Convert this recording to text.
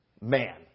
man